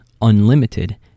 unlimited